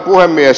puhemies